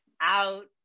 out